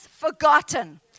forgotten